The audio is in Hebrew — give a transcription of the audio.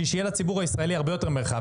כדי שיהיה לציבור הישראלי הרבה יותר מרחב?